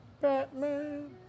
Batman